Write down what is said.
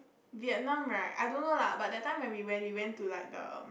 Vietnam right I don't know lah but that time we went we went to like the